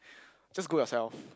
just go yourself